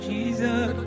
Jesus